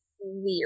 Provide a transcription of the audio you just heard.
weird